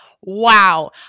Wow